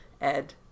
Ed